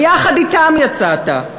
ביחד אתם יצאת.